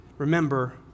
Remember